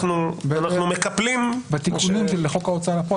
אנחנו מקפלים --- בתיקונים לחוק ההוצאה לפועל,